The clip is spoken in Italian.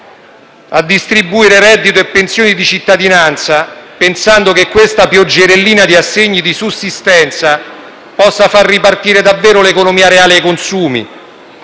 di distribuire reddito e pensioni di cittadinanza pensando che questa pioggerellina di assegni di sussistenza possa far ripartire davvero l'economia reale e i consumi.